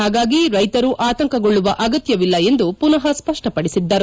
ಹಾಗಾಗಿ ರೈತರು ಆತಂಕಗೊಳ್ಳುವ ಅಗತ್ಯವಿಲ್ಲ ಎಂದು ಮನಃ ಸ್ಪಷ್ಟಪಡಿಸಿದ್ದರು